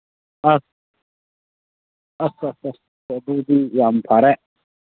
ꯑꯁ ꯑꯁ ꯑꯁ ꯑꯁ ꯑꯗꯨꯗꯤ ꯌꯥꯝ ꯐꯔꯦ